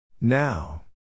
Now